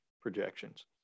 projections